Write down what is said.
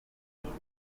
ugize